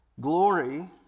glory